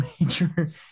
major